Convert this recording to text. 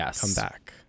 comeback